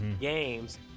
games